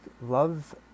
love